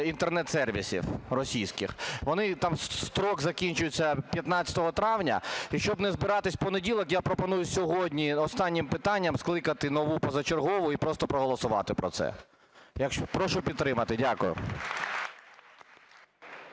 Інтернет-сервісів російських. У них там строк закінчується 15 травня. І щоб не збиратись в понеділок, я пропоную сьогодні останнім питанням скликати нову позачергову і просто проголосувати про це. Прошу підтримати. Дякую.